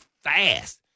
fast